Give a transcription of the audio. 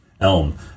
Elm